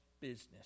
business